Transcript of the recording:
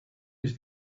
was